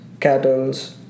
Cattles